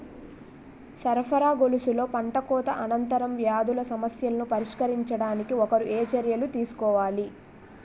సరఫరా గొలుసులో పంటకోత అనంతర వ్యాధుల సమస్యలను పరిష్కరించడానికి ఒకరు ఏ చర్యలు తీసుకోవాలి?